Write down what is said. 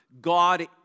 God